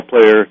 player